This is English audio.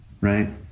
right